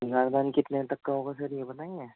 سنگاردان کتنے تک کا ہوگا سر یہ بتائیں گے